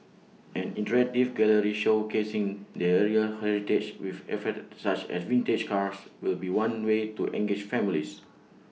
an interactive gallery showcasing the area's heritage with artefacts such as vintage cars will be one way to engage families